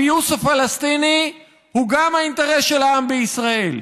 הפיוס הפלסטיני הוא גם האינטרס של העם בישראל.